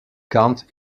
kant